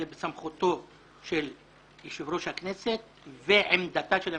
זה בסמכותו של יושב-ראש הכנסת ועמדתה של הממשלה.